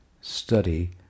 study